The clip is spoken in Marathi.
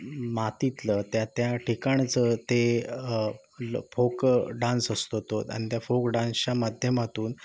मातीतलं त्या ठिकाणचं ते फोक डान्स असतो तो आणि त्या फोक डान्सच्या माध्यमातून